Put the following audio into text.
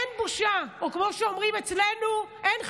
אין בושה, או כמו שאומרים אצלנו, אין חשומה.